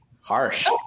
harsh